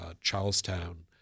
Charlestown